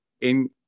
in-